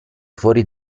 fuori